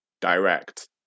direct